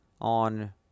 on